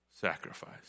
sacrifice